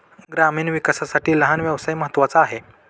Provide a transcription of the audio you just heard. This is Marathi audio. ग्रामीण विकासासाठी लहान व्यवसाय महत्त्वाचा आहे